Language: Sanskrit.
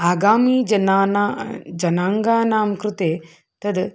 आगामीजनाना जनाङ्गानां कृते तत्